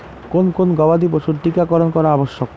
কোন কোন গবাদি পশুর টীকা করন করা আবশ্যক?